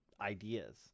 ideas